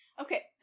Okay